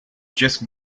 just